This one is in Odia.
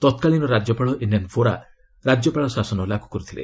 ତତ୍କାଳୀନ ରାଜ୍ୟପାଳ ଏନ୍ଏନ୍ବୋରା ରାଜ୍ୟପାଳ ଶାସନ ଲାଗୁ କରିଥିଲେ